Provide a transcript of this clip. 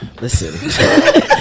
Listen